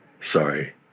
sorry